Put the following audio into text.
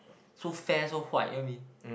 so fair so white you're mean